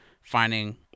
finding